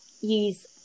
use